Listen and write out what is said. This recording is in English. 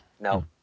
no